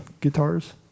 guitars